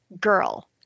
girl